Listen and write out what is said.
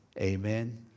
Amen